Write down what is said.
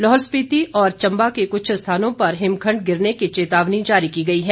लाहौल स्पिति और चम्बा के कुछ स्थानों पर हिमखण्ड गिरने की चेतावनी जारी की गई है